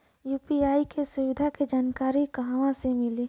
UPI के सुविधा के जानकारी कहवा से मिली?